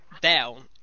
down